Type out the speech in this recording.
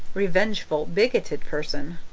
revengeful, bigoted person.